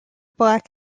black